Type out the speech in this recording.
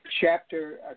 Chapter